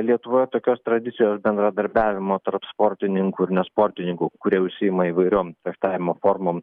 lietuvoje tokios tradicijos bendradarbiavimo tarp sportininkų ir ne sportininkų kurie užsiima įvairiom fechtavimo formom